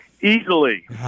easily